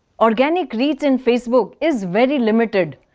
organic reach in facebook is very limited.